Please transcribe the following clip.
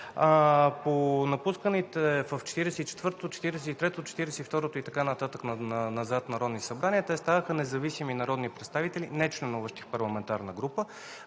напусналите в 44-тото, 43-тото, 42-рото и така нататък назад народни събрания ставаха независими народни представители, нечленуващи в парламентарна група.